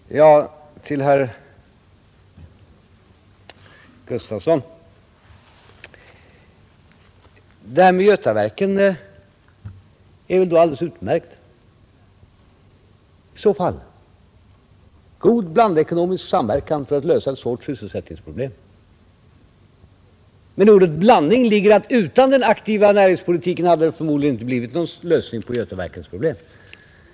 Fru talman! Till herr Gustafson i Göteborg vill jag säga att det här med Götaverken är ett utmärkt exempel på god blandekonomisk åå samverkan för att lösa ett svårt sysselsättningsproblem. Men i ordet blandekonomisk ligger att utan den aktiva näringspolitiken hade det förmodligen inte blivit någon lösning på Götaverkens problem.